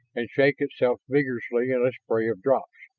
and shake itself vigorously in a spray of drops.